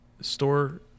store